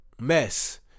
mess